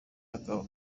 akaba